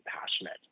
passionate